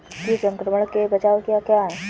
कीट संक्रमण के बचाव क्या क्या हैं?